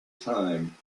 time